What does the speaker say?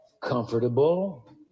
comfortable